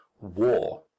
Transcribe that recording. war